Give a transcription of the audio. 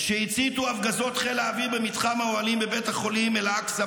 -- שהציתו הפגזות חיל האוויר במתחם האוהלים בבית החולים אל-אקצא,